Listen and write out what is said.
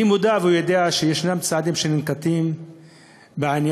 אני מודע ויודע שיש צעדים שננקטים בעניין,